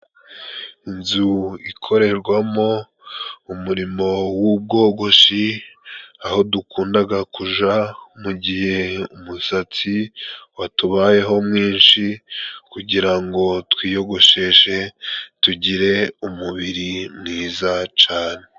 Inzu ikorerwamo umurimo w'ubwogoshi aho dukundaga kuja mu gihe umusatsi watubayeho mwinshi kugira ngo twiyogosheshe tugire umubiri mwiza cane .